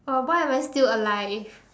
uh why am I still alive